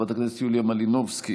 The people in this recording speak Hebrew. חברת הכנסת יוליה מלינובסקי,